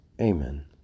Amen